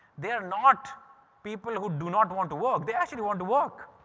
they are not people who do not want to work. they actually want to work.